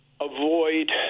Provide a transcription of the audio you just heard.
Avoid